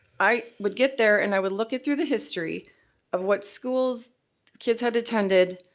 i would get there and i would look at through the history of what schools kids had attended,